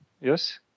Yes